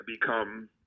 become